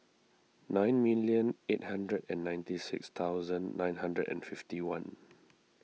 nine million eight hundred and ninety six thousand nine hundred and fifty one